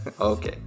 Okay